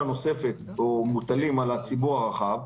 נוספת או מכספים שמוטלים על הציבור הרחב.